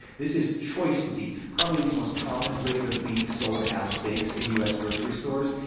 this is choice beef probably the most common grade of beef sold as steaks in u s. grocery stores.